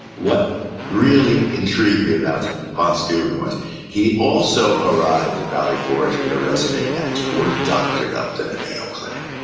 what really intrigued me about von steuben was he also arrived at valley forge with a resume that was more doctored up than the mayo clinic.